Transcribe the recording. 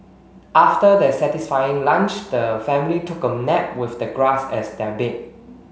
after their satisfying lunch the family took a nap with the grass as their bed